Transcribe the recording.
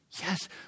yes